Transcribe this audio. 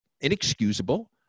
inexcusable